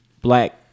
black